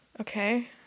Okay